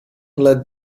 led